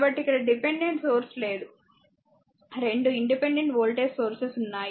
కాబట్టి ఇక్కడ dependent source లేదు 2 ఇండిపెండెంట్ వోల్టేజ్ సోర్సెస్ ఉన్నాయి